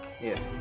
Yes